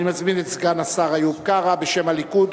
אני מזמין את סגן השר איוב קרא, בשם הליכוד.